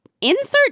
insert